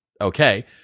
okay